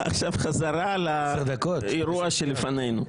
בחזרה לאירוע שלפנינו.